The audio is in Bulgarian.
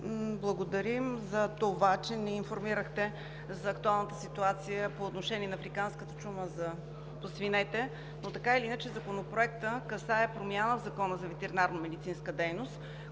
благодарим за това, че ни информирахте за актуалната ситуация по отношение на африканската чума по свинете. Но така или иначе Законопроектът касае промяна в Закона за ветеринарномедицинска дейност,